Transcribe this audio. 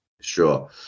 Sure